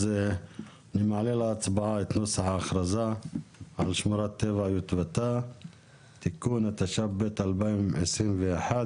אני מעלה להצבעה את האכרזה על שמורת טבע יטבתה (תיקון) התשפ"ב 2021,